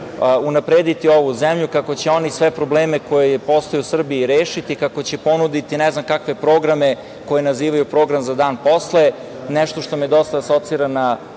unaprediti ovu zemlju, kako će oni sve probleme koji postoje u Srbiji rešiti, kako će ponuditi, ne znam, kakve programe koje nazivaju program za dan posle je nešto što me dosta asocira na